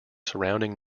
surrounding